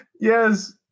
Yes